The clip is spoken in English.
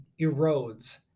erodes